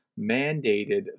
mandated